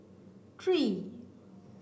three